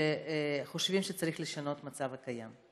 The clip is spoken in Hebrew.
שחושבים שצריך לשנות את המצב הקיים.